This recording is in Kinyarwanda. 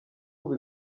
ubu